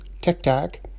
tic-tac